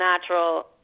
natural